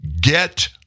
Get